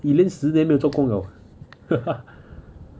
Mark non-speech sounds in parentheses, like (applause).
elaine 十年没有做工 liao (laughs)